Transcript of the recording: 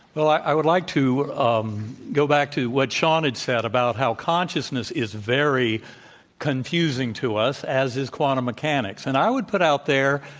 well, i would like to um go back to what sean had said about how consciousness is very confusing to us as is quantum mechanics. and i would put out there,